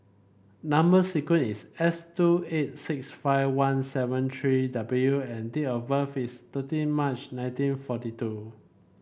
number sequence is S two eight six five one seven three W and date of birth is thirteen March nineteen forty two